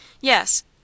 Yes